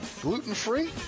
Gluten-free